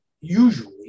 usually